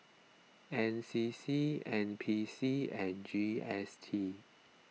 N C C N P C and G S T